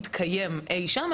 לא רק שהשירות יתקיים אי שם,